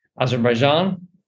Azerbaijan